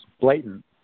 blatant